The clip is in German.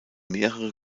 mehrere